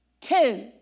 Two